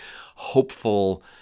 hopeful